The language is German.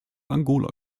angola